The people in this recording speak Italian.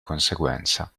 conseguenza